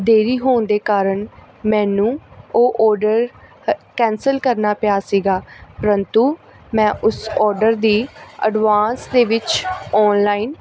ਦੇਰੀ ਹੋਣ ਦੇ ਕਾਰਨ ਮੈਨੂੰ ਉਹ ਔਡਰ ਕੈਂਸਲ ਕਰਨਾ ਪਿਆ ਸੀਗਾ ਪ੍ਰੰਤੂ ਮੈਂ ਉਸ ਔਡਰ ਦੀ ਐਡਵਾਂਸ ਦੇ ਵਿੱਚ ਔਨਲਾਈਨ